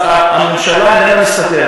הממשלה איננה מסתתרת.